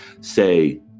say